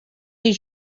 des